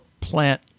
plant